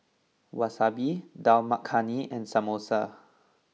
Wasabi Dal Makhani and Samosa